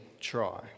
try